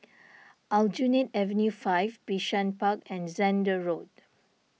Aljunied Avenue five Bishan Park and Zehnder Road